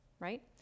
Right